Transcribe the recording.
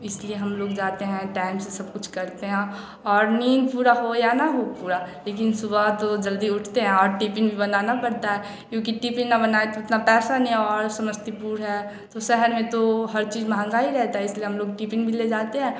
इसलिए हम लोग जाते हैं टाइम से सब कुछ करते हैं और नींद पूरा हो न हो पूरा लेकिन सुबह तो जल्दी उठते हैं और टिपिन भी बनाना पड़ता है क्योंकि टिपिन न बनाए तो इतना पैसा नहीं और समस्तीपुर है तो शहर में तो हर चीज़ महँगा ही रहता है इसलिए हम लोग टिपिन भी ले जाते हैं